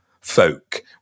folk